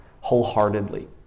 wholeheartedly